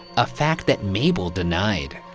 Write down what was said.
a fact that mabel denied.